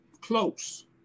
Close